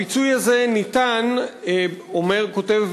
הפיצוי הזה ניתן, אומר, כותב,